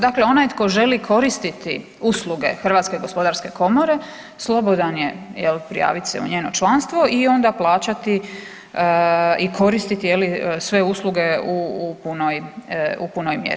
Dakle onaj tko želi koristiti usluge Hrvatske gospodarske komore slobodan je prijaviti se u njeno članstvo i onda plaćati i koristiti sve usluge u punoj mjeri.